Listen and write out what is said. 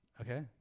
Okay